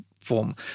form